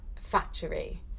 factory